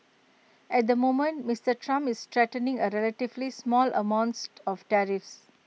at the moment Mister Trump is threatening A relatively small amounts of tariffs